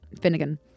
Finnegan